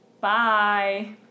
Bye